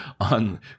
on